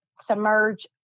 submerge